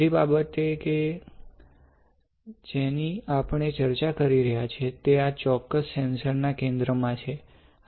બધી બાબતો કે જેની આપણે ચર્ચા કરી રહ્યા છીએ તે આ ચોક્કસ સેન્સર ના કેન્દ્રમાં છે